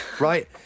right